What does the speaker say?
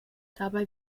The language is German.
dabei